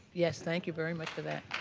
yes, thank you very much for that.